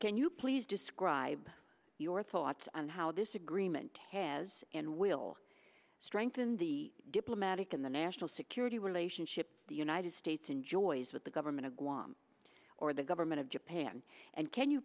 can you please describe your thoughts on how this agreement has and will strengthen the diplomatic and the national security relationship the united states enjoys with the government of guam or the government of japan and can you